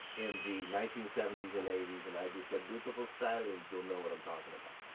in the nineteen seventy s and eighty s, and i just said, beautiful stylings, you'll know what i'm talking about.